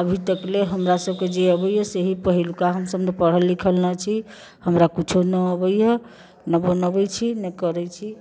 अभी तकले हमरा सभके जे अबैया से पहिलुका हमसभ पढ़ल लिखल नहि छी हमरा किछु नहि अबैया नहि बनबैत छी नहि करैत छी